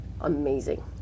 amazing